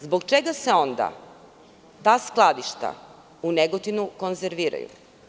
Zbog čega se onda ta skladišta u Negotinu konzerviraju?